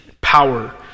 power